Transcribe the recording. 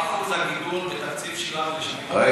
מה אחוז הגידול בתקציב שלה בשנים האחרונות?